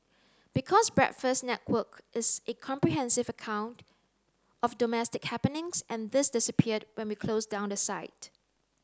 because Breakfast Network is a comprehensive account of domestic happenings and this disappeared when we closed down the site